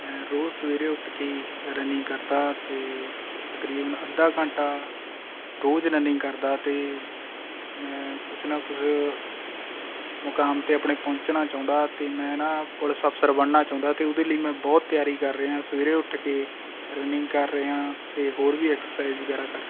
ਮੈਂ ਰੋਜ਼ ਸਵੇਰੇ ਉੱਠ ਕੇ ਰਨਿੰਗ ਕਰਦਾ ਅਤੇ ਤਕਰੀਬਨ ਅੱਧਾ ਘੰਟਾ ਰੋਜ਼ ਰਨਿੰਗ ਕਰਦਾ ਅਤੇ ਮੈਂ ਕੁਛ ਨਾ ਕੁਛ ਮੁਕਾਮ 'ਤੇ ਆਪਣੇ ਪਹੁੰਚਣਾ ਚਾਹੁੰਦਾ ਅਤੇ ਮੈਂ ਨਾ ਪੁਲਿਸ ਅਫਸਰ ਬਣਨਾ ਚਾਹੁੰਦਾ ਅਤੇ ਉਹਦੇ ਲਈ ਮੈਂ ਬਹੁਤ ਤਿਆਰੀ ਕਰ ਰਿਹਾ ਸਵੇਰੇ ਉੱਠ ਕੇ ਰਨਿੰਗ ਕਰ ਰਿਹਾ ਅਤੇ ਹੋਰ ਵੀ ਐਕਸਰਸਾਈਜ਼ ਵਗੈਰਾ ਕਰ